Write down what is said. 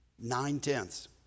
nine-tenths